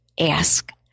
ask